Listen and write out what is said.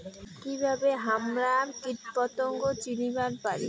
কিভাবে হামরা কীটপতঙ্গ চিনিবার পারি?